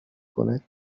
کند